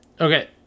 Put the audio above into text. Okay